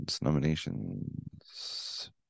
Nominations